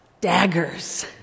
daggers